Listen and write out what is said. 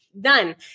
done